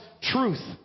truth